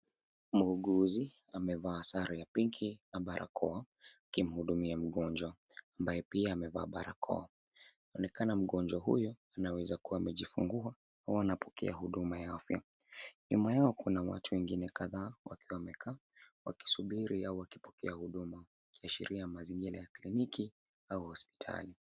Muuguzi amevaa sare ya pinki na barakoa akimhudumia mgonjwa ambaye pia amevaa barakoa. Inaonekana mgonjwa huyo anaweza kuwa amejifungua au anapokea huduma ya afya. Nyuma yao kuna watu wengine kadhaa wakiwa wamekaa wakisubiria au wakipokea huduma ikiashiria mazingira ya kliniki au hospitali.